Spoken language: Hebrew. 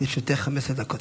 לרשותך 15 דקות.